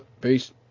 Peace